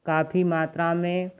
काफ़ी मात्रा में